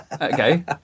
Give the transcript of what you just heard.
Okay